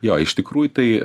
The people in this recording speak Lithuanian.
jo iš tikrųjų tai